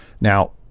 Now